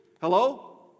Hello